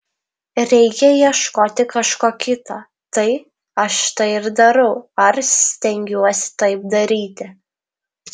reikia ieškoti kažko kito tai aš tai ir darau ar steigiuosi taip daryti